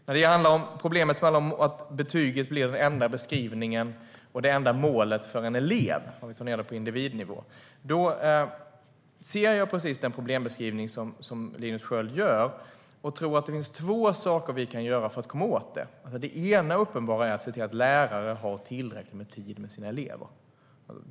När det gäller problemet med att betyget blir den enda beskrivningen av och det enda målet för en elev, om vi tar ned det på individnivå, ser jag precis den problembeskrivning som Linus Sköld gör. Jag tror att det finns två saker som vi kan göra för att komma åt det. Det ena uppenbara är att se till att lärare har tillräckligt med tid med sina elever.